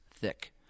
thick